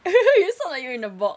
you sound like you in a box